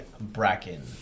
Bracken